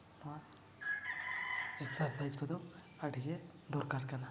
ᱱᱚᱣᱟ exercise ᱠᱚᱫᱚ ᱟᱹᱰᱤᱜᱮ ᱫᱚᱨᱠᱟᱨ ᱠᱟᱱᱟ